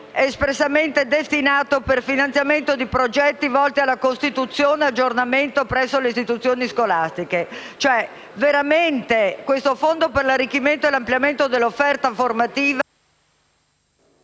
espressamente destinato al finanziamento di progetti volti alla costituzione e all'aggiornamento presso le istituzioni scolastiche. Il Fondo per l'arricchimento e l'ampliamento dell'offerta formativa...